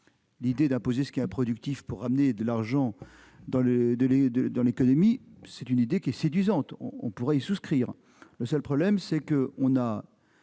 L'idée d'imposer ce qui est improductif pour ramener de l'argent dans l'économie est séduisante- on pourrait y souscrire. Le seul problème, c'est qu'on a